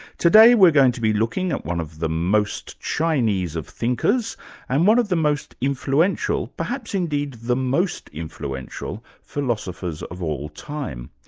today, we're going to be looking at one of the most chinese of thinkers and one of the most influential, perhaps indeed the most influential, philosophers of all time.